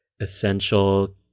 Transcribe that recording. essential